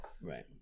right